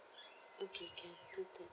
okay can